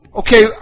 okay